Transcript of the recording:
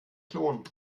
klonen